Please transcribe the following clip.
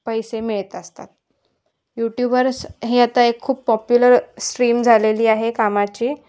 पैसे मिळत असतात यूट्यूबर्स हे आता एक खूप पॉप्युलर स्ट्रीम झालेली आहे कामाची